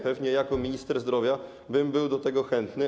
Pewnie jako minister zdrowia bym był do tego chętny.